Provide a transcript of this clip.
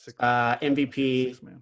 MVP